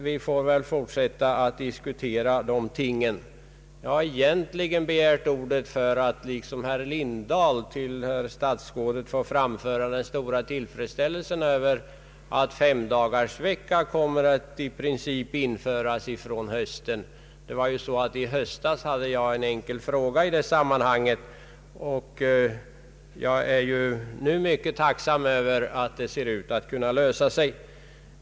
Vi får väl fortsätta att diskutera dessa ting. Jag har egentligen begärt ordet för att liksom herr Lindblad till statsrådet få framföra den stora tillfredsställelsen över att femdagarsvecka i princip kom mer att införas i höst. Jag framställde förra hösten en enkel fråga om den saken, och jag är nu mycket tacksam över att problemet ser ut att kunna lösas.